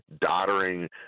doddering